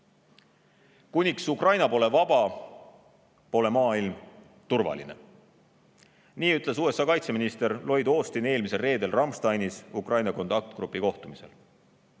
"Kuniks Ukraina pole vaba, pole maailm turvaline." Nii ütles Lloyd Austin eelmisel reedel Ramsteinis Ukraina kontaktgrupi kohtumisel.